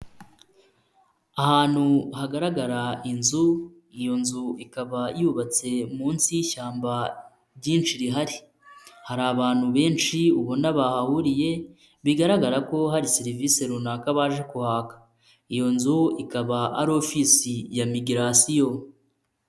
Ahantu hagaragara inzu iyo nzu ikaba yubatse munsi y'ishyamba ryinshi rihari, hari abantu benshi ubona bahahuriye bigaragara ko hari serivise runaka baje kuhaka, iyo nzu ikaba ari ofisi ya migirasiyo.